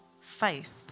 faith